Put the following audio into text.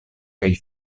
kaj